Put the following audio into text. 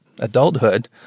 adulthood